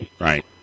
Right